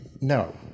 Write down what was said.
No